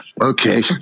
okay